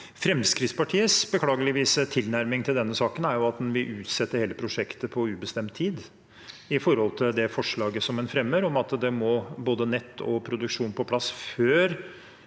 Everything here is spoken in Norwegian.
Fremskrittspartiets beklagelige tilnærming til denne saken er at de vil utsette hele prosjektet på ubestemt tid, med tanke på det forslaget som de fremmer om at det må både nett og produksjon på plass før